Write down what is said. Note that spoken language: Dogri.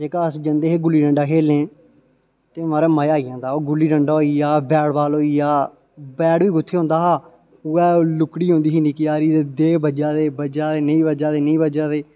जेह्का अस जंदे हे गुल्ली डंडा खेलने ते महाराज मजा आई जंदा हा ओह् गुल्ली डंडा होई गेआ बैट बाल होई गेआ बैट बी कुत्थे हुंदा हा उ'यै लुक्कड़ी हुंदी ही निक्की हारी ते दे बज्जा ते बज्जा नेईं बज्जा ते नीं बज्जा ते